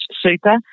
super